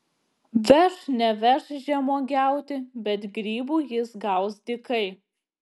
veš neveš žemuogiauti bet grybų jis gaus dykai